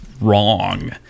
wrong